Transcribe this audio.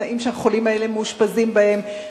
התנאים שהחולים האלה מאושפזים בהם,